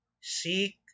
seek